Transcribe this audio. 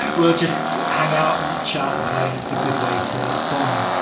well, just hang out and chartered plane. it's a good way to bond